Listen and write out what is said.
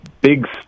big